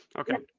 okay.